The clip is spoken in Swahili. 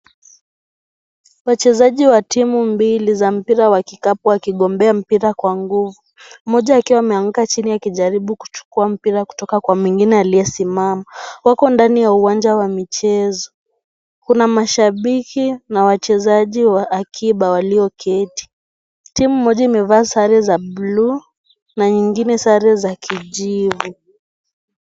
Wachezaji wa timu mbili za mpira wa kikapu wakigombea mpira kwa nguvu. Mmoja akiwa ameanguka chini akijaribu kuchukua mpira kutoka kwa mwingine aliyesimama. Wako ndani ya uwanja wa michezo. Kuna mashabiki na wachezaji wa akiba walioketi. Timu moja imevaa sare za bluu na nyingine sare za kijivu.